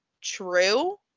true